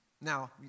Now